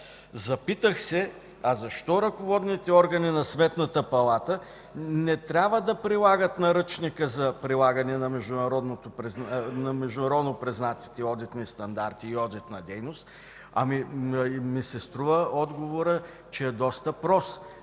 Запитах се: а защо ръководните органи на Сметната палата не трябва да прилагат Наръчника за прилагане на международно признатите одитни стандарти и одитна дейност? Струва ми се, че отговорът е доста прост.